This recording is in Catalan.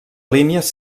línies